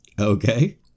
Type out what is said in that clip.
Okay